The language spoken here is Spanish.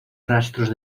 rastros